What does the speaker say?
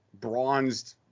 bronzed